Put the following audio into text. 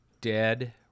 dead